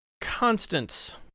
constants